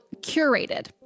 curated